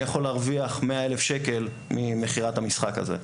יכול להרוויח 100,000 שקל ממכירת המשחק הזה.